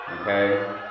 Okay